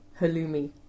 halloumi